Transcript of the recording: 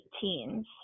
teens